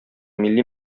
милли